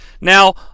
Now